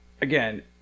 again